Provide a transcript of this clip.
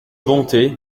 bonté